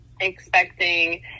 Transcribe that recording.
expecting